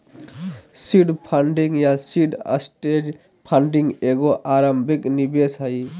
seed funding या seed stage funding एगो आरंभिक निवेश हइ